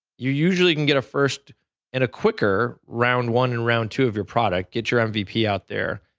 you usually can get a first and a quicker round one and round two of your product, get your mvp out there,